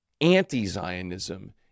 anti-zionism